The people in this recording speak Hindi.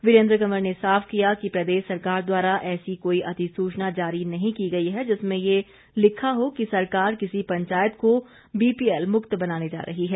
वीरेंद्र कंवर ने साफ किया कि प्रदेश सरकार द्वारा ऐसी कोई अधिसूचना जारी नहीं की गई है जिसमें ये लिखा हो कि सरकार किसी पंचायत को बीपीएल मुक्त बनाने जा रही है